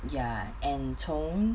ya and 从